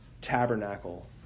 tabernacle